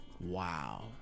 Wow